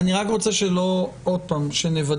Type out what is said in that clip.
אני מבקש לומר כמה הערות קצרות: ראשית,